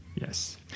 Yes